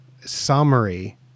summary